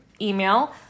email